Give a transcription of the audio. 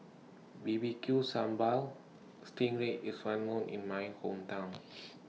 B B Q Sambal Sting Ray IS Well known in My Hometown